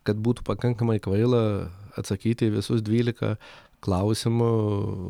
kad būtų pakankamai kvaila atsakyti į visus dvylika klausimų